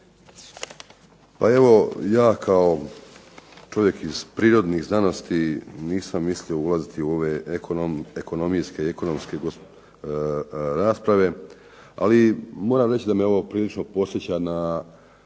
Pa evo ja kao čovjek iz prirodnih znanosti nisam mislio ulaziti u ove ekonomijske i ekonomske rasprave. Ali moram reći da me ovo prilično podsjeća na